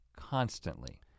constantly